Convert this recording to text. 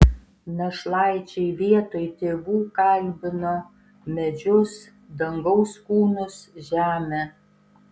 našlaičiai vietoj tėvų kalbino medžius dangaus kūnus žemę